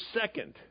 second